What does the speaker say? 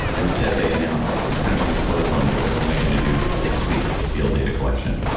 and instead they announced kind of on the spur of the moment that they're only going to do six weeks of field data collection.